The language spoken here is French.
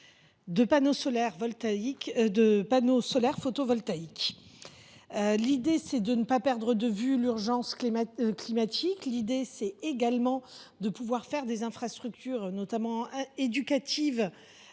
de panneaux solaires photovoltaïques. L’idée est de ne pas perdre de vue l’urgence climatique et de construire des infrastructures, notamment éducatives,